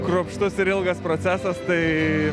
kruopštus ir ilgas procesas tai